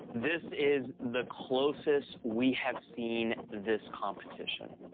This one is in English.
this is the closest we have seen this competition.